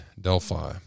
Delphi